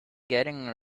getting